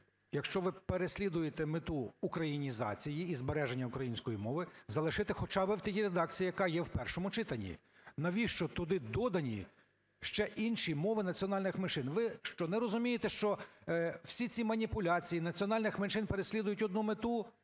якщо ви переслідуєте мету українізації і збереження української мови, залишити хоча б в такій редакції, яка є в першому читанні. Навіщо туди додані ще інші мови національних меншин? Ви що, не розумієте, що всі ці маніпуляції національних меншин переслідують одну мету